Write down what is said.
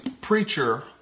Preacher